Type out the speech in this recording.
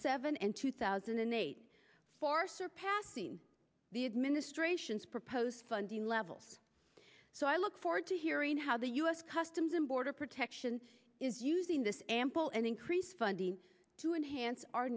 seven and two thousand and eight far surpassing the administration's proposed funding levels so i look forward to hearing how the u s customs and border protection is using this ample and increased funding to enhance our